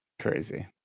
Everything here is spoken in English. Crazy